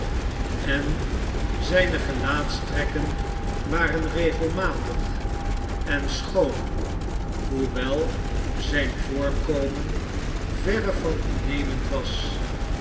en zijne gelaatstrekken waren regelmatig en schoon hoewel zijn voorkornen verre van innemend was